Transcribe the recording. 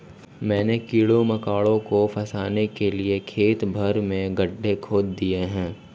मैंने कीड़े मकोड़ों को फसाने के लिए खेत भर में गड्ढे खोद दिए हैं